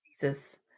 Jesus